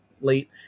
late